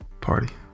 party